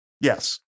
Yes